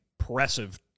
impressive